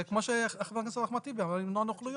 זה כמו שחבר הכנסת אחמד טיבי אמר למנוע נוכלויות.